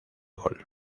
gaulle